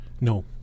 No